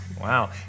Wow